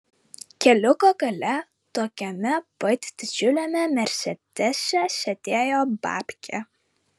keliuko gale tokiame pat didžiuliame mersedese sėdėjo babkė